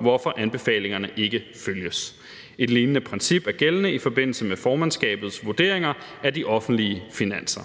hvorfor anbefalingerne ikke følges. Et lignende princip er gældende i forbindelse med formandskabets vurderinger af de offentlige finanser.